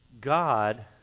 God